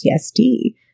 PTSD